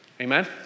Amen